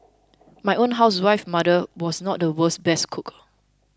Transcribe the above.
my own housewife mother was not the world's best cooker